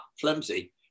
flimsy